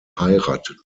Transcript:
heiraten